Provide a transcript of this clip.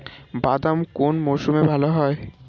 বাদাম কোন মরশুমে ভাল হয়?